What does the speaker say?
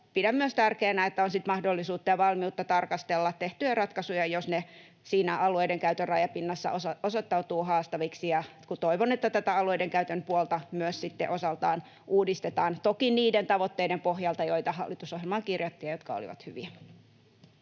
Pidän myös tärkeänä, että on sitten mahdollisuutta ja valmiutta tarkastella tehtyjä ratkaisuja, jos ne siinä alueiden käytön rajapinnassa osoittautuvat haastaviksi. Toivon, että tätä alueiden käytön puolta myös sitten osaltaan uudistetaan — toki niiden tavoitteiden pohjalta, joita hallitusohjelmaan kirjattiin ja jotka olivat hyviä.